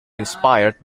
inspired